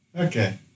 Okay